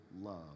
love